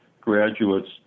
graduates